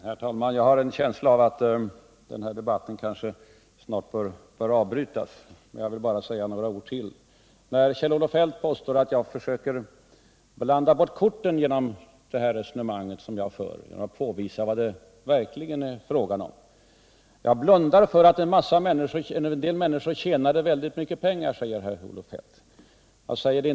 Herr talman! Jag har en känsla av att den här debatten kanske snart bör avbrytas, men jag vill säga några ord till. Kjell-Olof Feldt påstår att jag försöker blanda bort korten genom det resonemang som jag för genom att påvisa vad det verkligen är fråga om. Jag blundar för att en del människor tjänade väldigt mycket pengar, säger Kjell Oiof Feldt.